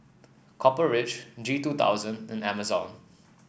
Copper Ridge G two thousand and Amazon